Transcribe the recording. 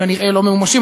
כנראה לא ממומשים,